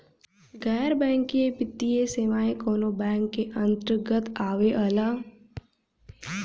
गैर बैंकिंग वित्तीय सेवाएं कोने बैंक के अन्तरगत आवेअला?